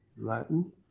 Latin